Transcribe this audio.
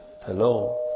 Hello